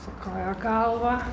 sukioja galvą